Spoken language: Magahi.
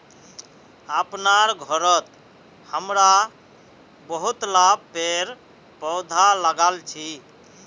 अपनार घरत हमरा बहुतला पेड़ पौधा लगाल छि